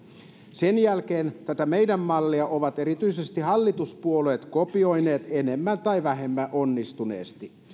sen jälkeen tätä meidän malliamme ovat erityisesti hallituspuolueet kopioineet enemmän tai vähemmän onnistuneesti